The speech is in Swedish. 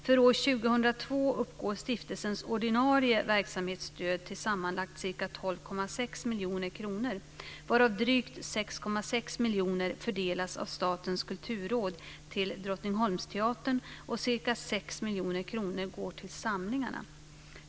För år 2002 uppgår stiftelsens ordinarie verksamhetsstöd till sammanlagt ca 12,6 miljoner kronor, varav drygt 6,6 miljoner kronor fördelas av miljoner kronor går till samlingarna.